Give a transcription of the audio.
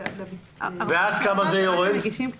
ואז בכמה זה יורד?